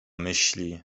myśli